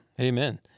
amen